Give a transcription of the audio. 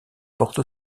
porte